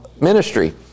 ministry